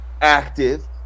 Active